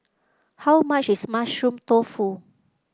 how much is Mushroom Tofu